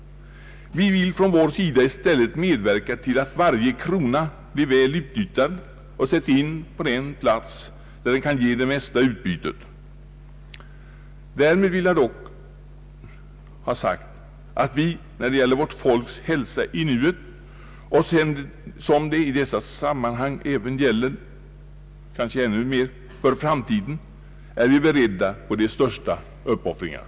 Vi vill från vår sida i stället medverka till att varje krona blir väl utnyttjad och sättes in på den plats där den kan ge mest utbyte. Därmed vill jag ha sagt att vi när det gäller vårt folks hälsa i nuet och kanske ännu mer för framtiden är beredda att göra de största uppoffringar.